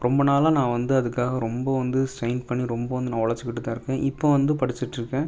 ரொம்ப நாளாக நான் வந்து அதுக்காக ரொம்ப வந்து ஸ்டெயின் பண்ணி ரொம்ப வந்து நான் ஒழைச்சிக்கிட்டு தான் இருக்கேன் இப்போ வந்து படிச்சுட்ருக்கேன்